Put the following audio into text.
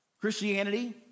Christianity